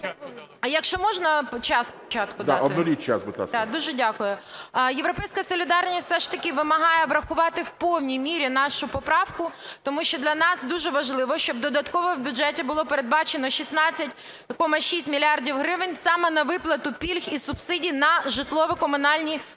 ІОНОВА М.М. Дуже дякую. "Європейська солідарність" все ж таки вимагає врахувати в повній мірі нашу поправку, тому що для нас дуже важливо, щоб додатково в бюджеті було передбачено 16,6 мільярда гривень саме на виплату пільг і субсидій на житлово-комунальні послуги